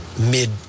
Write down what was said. mid